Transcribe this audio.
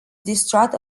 distrust